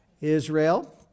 Israel